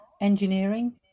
engineering